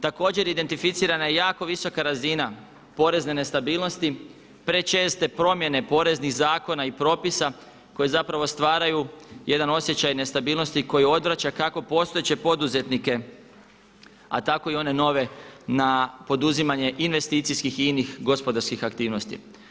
Također identificirana je jako visoka razina porezne nestabilnosti, prečeste promjene poreznih zakona i propisa koji zapravo stvaraju jedan osjećaj nestabilnosti koja odvraća kako postojeće poduzetnike a tako i one nove na poduzimanje investicijskih i inih gospodarskih aktivnosti.